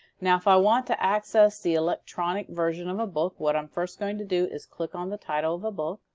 now if i want to access the electronic version of a book what i'm first going to do is click on the title of a book.